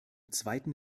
zweiten